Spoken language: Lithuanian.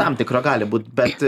tam tikra gali būt bet